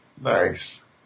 Nice